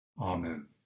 amen